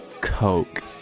Coke